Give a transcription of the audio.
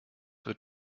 wird